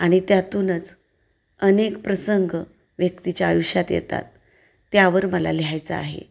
आणि त्यातूनच अनेक प्रसंग व्यक्तीच्या आयुष्यात येतात त्यावर मला लिहायचं आहे